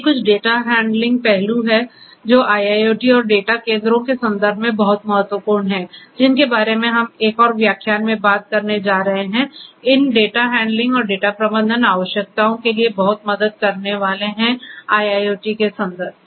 ये कुछ data handling पहलू हैं जो IIoT और डेटा केंद्रों के संदर्भ में बहुत महत्वपूर्ण हैं जिनके बारे में हम एक और व्याख्यान में बात करने जा रहे हैं इन डेटा हैंडलिंग और डेटा प्रबंधन आवश्यकताओं के लिए बहुत मदद करने वाले हैं IIoT का संदर्भ